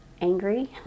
angry